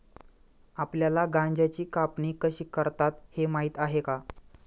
आपल्याला गांजाची कापणी कशी करतात हे माहीत आहे का?